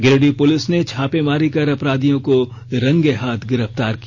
Giridih police ने छापेमारी कर अपराधियों को रंगे हाथ गिरफ्तार किया